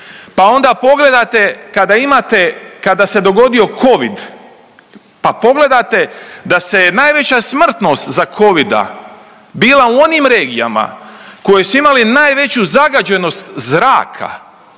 kada imate kada se dogodio covid, pa pogledate da se je najveća smrtnost za covida bila u onim regijama koje su imale najveću zagađenost zraka,